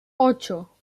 ocho